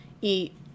eat